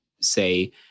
say